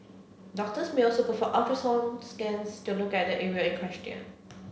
doctors may also perform ultrasound scans to look at the area in question